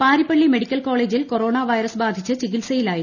Parippally medical കോളേജിൽ corona virus ബാധിച്ച് ചികിത്സയിലായിരുന്നു